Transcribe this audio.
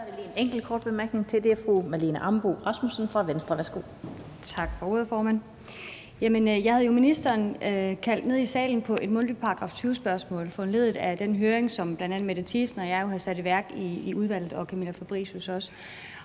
Jeg havde jo ministeren kaldt i salen med et mundtligt § 20-spørgsmål foranlediget af den høring, som bl.a. Mette Thiesen og jeg jo har sat i værk i udvalget – og også Camilla Fabricius.